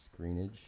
screenage